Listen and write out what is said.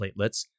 platelets